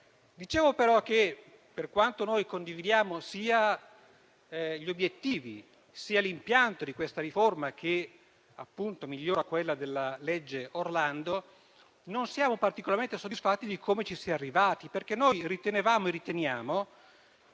Dicevo però che, per quanto condividiamo sia gli obiettivi sia l'impianto di questa riforma, che appunto migliora quello della legge Orlando, non siamo particolarmente soddisfatti di come ci si è arrivati, perché riteniamo che il